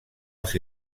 els